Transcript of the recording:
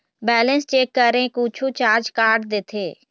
Balance check करें कुछू charge काट देथे?